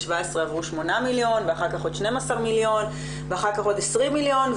עברו 8 מיליון ואחר כך עוד 12 מיליון ואחר כך עוד 20 מיליון,